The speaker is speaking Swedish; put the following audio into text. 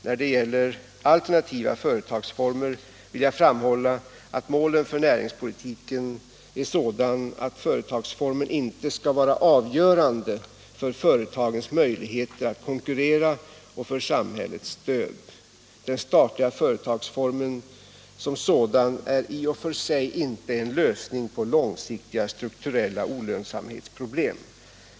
När det gäller alternativa företagsformer vill jag framhålla att målen för näringspolitiken är sådana att företagsformen inte skall vara avgörande för företagens möjligheter att konkurrera och för samhällets stöd. Den statliga företagsformen som sådan är i och för sig inte en lösning på långsiktiga strukturella olönsamhetsproblem.